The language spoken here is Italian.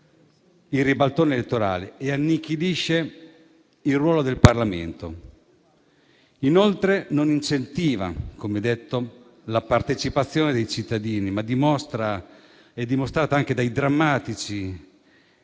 il ribaltone elettorale e annichilisce il ruolo del Parlamento. Inoltre non incentiva la partecipazione dei cittadini, come dimostrato anche dai drammatici